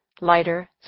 lighter